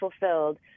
fulfilled